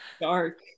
dark